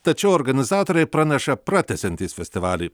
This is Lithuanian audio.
tačiau organizatoriai praneša pratęsiantys festivalį